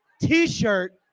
t-shirt